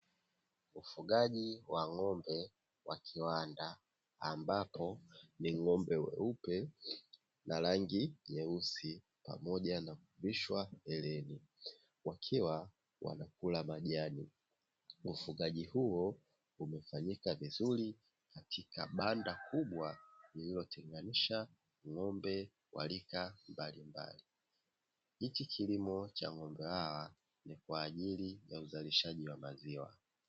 Ufugaji wa ng'ombe wa kiwanda ambapo ni ng'ombe weupe na rangi nyeusi pamoja na kuvishwa hereni, wakiwa wanakula majani. Ufugaji huo umefanyik avizuri katika banda kubwa lililotenganisha ng'ombe wa rika mbalimbali. Hiki kilimo cha ng'ombe hawa ni kwa ajili ya uzalishaji wa maziwa.